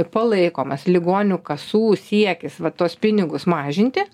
palaikomas ligonių kasų siekis va tuos pinigus mažinti